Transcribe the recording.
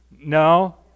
no